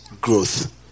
growth